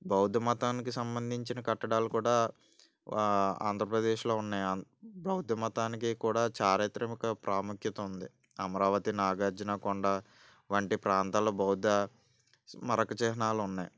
బౌద్ధ మతానికి సంబంధించిన కట్టడాలు కూడా ఆంధ్రప్రదేశ్లో ఉన్నాయి బౌద్ధ మతానికి కూడా చారిత్రాత్మక ప్రాముఖ్యత ఉంది అమరావతి నాగార్జున కొండ వంటి ప్రాంతాల బౌద్ధ స్మారక చిహ్నాలు ఉన్నాయి